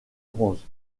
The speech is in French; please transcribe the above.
bronze